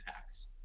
tax